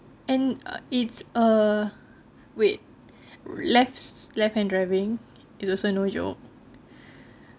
and uh it's uh wait left left hand driving also no joke